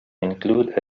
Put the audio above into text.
include